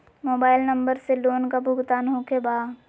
Mobile number से loan का भुगतान होखे बा?